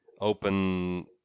open